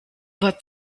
that